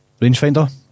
Rangefinder